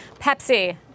Pepsi